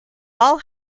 all